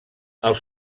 els